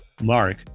Mark